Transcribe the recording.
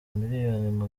miliyoni